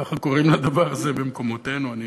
ככה קוראים לדבר הזה במקומותינו, אני